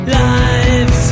lives